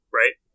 right